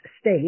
state